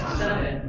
seven